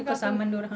kau saman dia orang